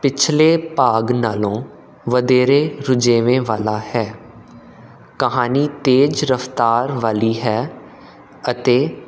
ਪਿਛਲੇ ਭਾਗ ਨਾਲੋਂ ਵਧੇਰੇ ਰੁਝੇਵੇ ਵਾਲਾ ਹੈ ਕਹਾਣੀ ਤੇਜ਼ ਰਫਤਾਰ ਵਾਲੀ ਹੈ ਅਤੇ